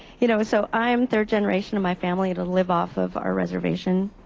you know so i am third-generation and my family to live off of our reservation.